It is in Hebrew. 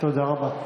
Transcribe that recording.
תודה רבה.